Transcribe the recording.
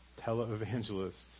televangelists